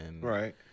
Right